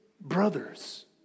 brothers